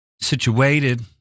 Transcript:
situated